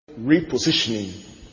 Repositioning